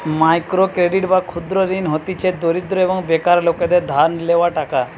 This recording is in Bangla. মাইক্রো ক্রেডিট বা ক্ষুদ্র ঋণ হতিছে দরিদ্র এবং বেকার লোকদের ধার লেওয়া টাকা